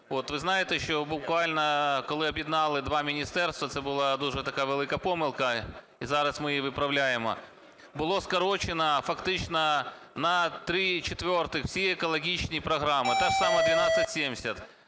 ви знаєте, що буквально, коли об'єднали два міністерства, це була дуже така велика помилка і зараз ми її виправляємо, було скорочено фактично на три четвертих всі екологічні програми, та ж сама 1270,